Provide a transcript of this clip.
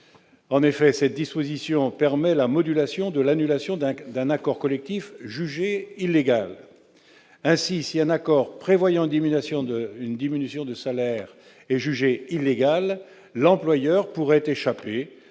En effet, cette disposition permet la modulation de l'annulation d'un accord collectif jugé illégal. Si un accord prévoyant une diminution de salaire est jugé illégal, l'employeur pourrait échapper